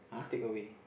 takeaway